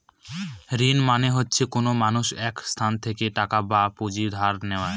ঋণ মানে হচ্ছে কোনো মানুষ এক সংস্থা থেকে টাকা বা পুঁজি ধার নেয়